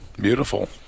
Beautiful